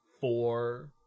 four